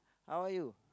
how're you